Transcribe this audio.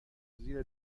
زیر